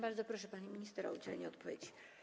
Bardzo proszę, pani minister, o udzielenie odpowiedzi.